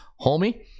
homie